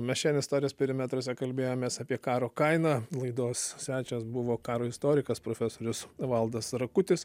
mes šiandien istorijos perimetruose kalbėjomės apie karo kainą laidos svečias buvo karo istorikas profesorius valdas rakutis